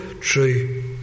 True